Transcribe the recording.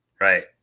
Right